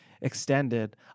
extended